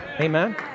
Amen